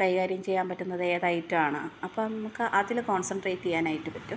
കൈകാര്യം ചെയ്യാന് പറ്റുന്നത് ഏത് ഐറ്റം ആണ് അപ്പം നമുക്ക് അതിൽ കോൺസെൻട്രേറ്റ് ചെയ്യാനായിട്ട് പറ്റും